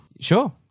Sure